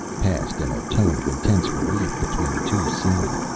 passed in a tone of intense relief between two seamen.